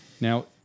Now